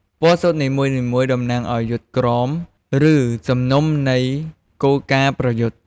ពណ៌សូត្រនីមួយៗតំណាងឱ្យ យុទ្ធក្រម ឬសំណុំនៃគោលការណ៍ប្រយុទ្ធ។